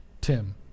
Tim